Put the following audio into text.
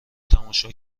تماشا